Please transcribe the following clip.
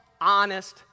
honest